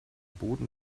boden